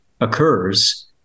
occurs